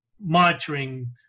monitoring